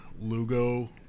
Lugo